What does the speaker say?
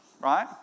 right